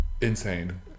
insane